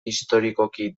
historikoki